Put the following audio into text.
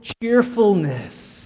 cheerfulness